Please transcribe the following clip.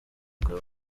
rukaba